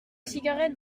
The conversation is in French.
cigarettes